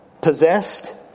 possessed